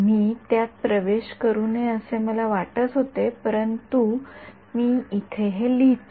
मी त्यात प्रवेश करू नये असे मला वाटत होते परंतु मी येथे हे लिहितो